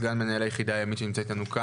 סגן מנהל היחידה הימית שנמצא אתנו.